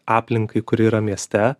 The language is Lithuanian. aplinkai kuri yra mieste